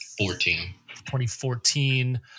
2014